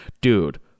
Dude